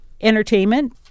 entertainment